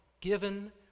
given